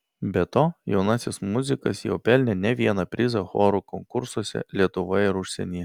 be to jaunasis muzikas jau pelnė ne vieną prizą chorų konkursuose lietuvoje ir užsienyje